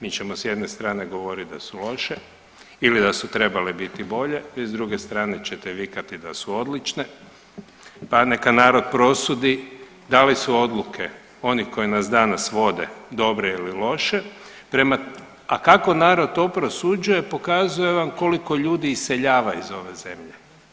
Mi ćemo s jedne strane govoriti da su loše ili da su trebale biti bolje, vi s druge strane ćete vikati da su odlične, pa neka narod prosudi da li su odluke onih koji nas danas vode dobre ili loše a kako narod to prosuđuje pokazuje vam koliko ljudi iseljava iz ove zemlje.